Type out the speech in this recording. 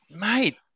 Mate